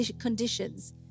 conditions